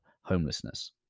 homelessness